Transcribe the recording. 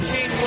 King